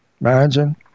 imagine